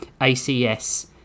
ACS